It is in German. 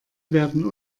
werden